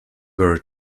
were